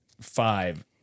five